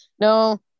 No